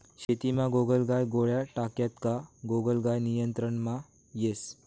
शेतीमा गोगलगाय गोळ्या टाक्यात का गोगलगाय नियंत्रणमा येस